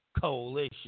coalition